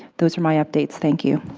those are my updates, thank you.